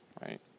right